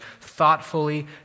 thoughtfully